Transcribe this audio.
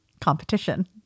competition